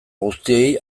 guztiei